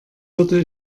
würde